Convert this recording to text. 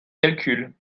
calcul